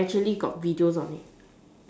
that actually got videos on it